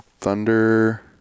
Thunder